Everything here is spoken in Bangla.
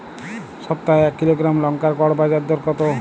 সপ্তাহে এক কিলোগ্রাম লঙ্কার গড় বাজার দর কতো?